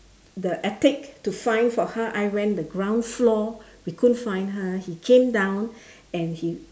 the attic to find for her I went the ground floor we couldn't find her he came down and he